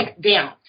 down